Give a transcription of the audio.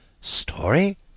Story